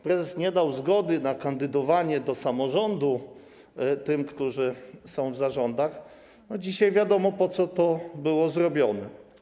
Prezes nie dał zgody na kandydowanie do samorządu tym, którzy są w zarządach, a dzisiaj wiadomo, po co to było zrobione.